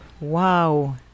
Wow